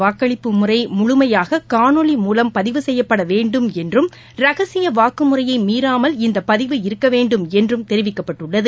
வாக்களிப்பு முறைமுழமையாககாணொலி மூலம் பதிவு செய்யப்படவேண்டும் என்றும் கபால் ரகசியவாக்குமுறையைமீறாமல் இந்தபதிவு இருக்கவேண்டும் என்றும் தெரிவிக்கப்பட்டுள்ளது